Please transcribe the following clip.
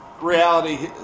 reality